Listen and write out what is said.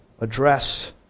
address